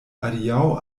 adiaŭ